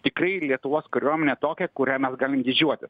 tikrai lietuvos kariuomenę tokią kuria mes galim didžiuotis